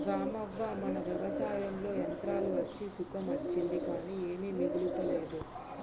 రామవ్వ మన వ్యవసాయంలో యంత్రాలు అచ్చి సుఖం అచ్చింది కానీ ఏమీ మిగులతలేదు